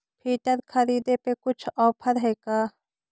Filter खरिदे पर कुछ औफर है का?